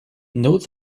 note